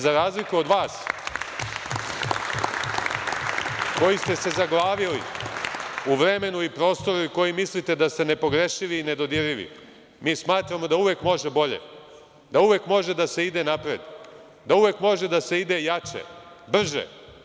Za razliku od vas, koji ste se zaglavili u vremenu i prostoru i koji mislite da ste nepogrešivi i nedodirljivi, mi smatramo da uvek može bolje, da uvek može da se ide napred, da uvek može da se ide jače, brže.